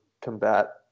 combat